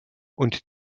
und